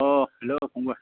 अह hello फंबाय